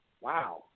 Wow